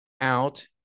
out